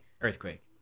Earthquake